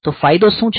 તો ફાયદો શું છે